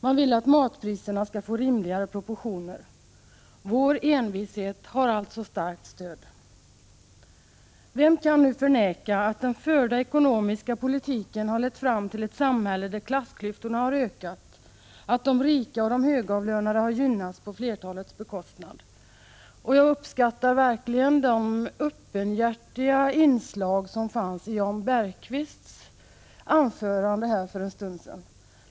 Man vill att matpriserna skall få rimligare proportioner. Vår envishet har alltså starkt stöd. Vem kan nu förneka att den förda ekonomiska politiken har lett fram till ett samhälle där klassklyftorna har ökat, att den har inneburit att de rika och de högavlönade har gynnats på flertalets bekostnad? Jag uppskattar de öppenhjärtiga inslag som fanns i Jan Bergqvists anförande för en stund sedan.